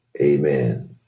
Amen